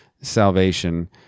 salvation